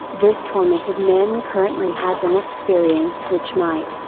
this tormented man recurrently has an experience which might,